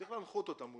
צריך להנחות אותם אולי,